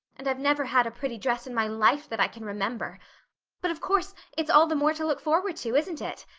and i've never had a pretty dress in my life that i can remember but of course it's all the more to look forward to, isn't it?